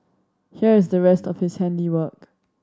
here is the rest of his handiwork